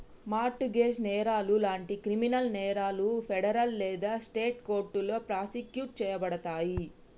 mart gauge నేరాలు లాంటి criminal నేరాలు ఫెడరల్ లేదా స్టేట్ కోర్టులో ప్రాసిక్యూట్ చేయబడతయి